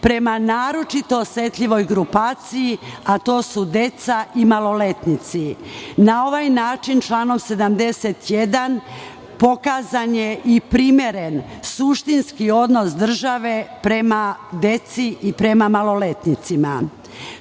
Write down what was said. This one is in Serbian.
prema naročito osetljivoj grupaciji, a to su deca i maloletnici. Na ovaj način, članom 81. pokazan je i primeren suštinski odnos države prema deci i prema maloletnicima. Članom